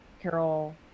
carol